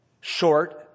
short